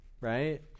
right